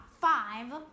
five